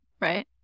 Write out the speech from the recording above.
right